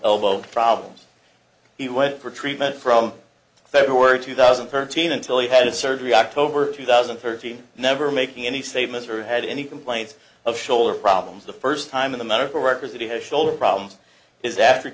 elbow problems he went for treatment from february two thousand and thirteen until he had a surgery october two thousand and thirteen never making any statements or had any complaints of shoulder problems the first time in the medical records that he has shoulder problems is after